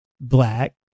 black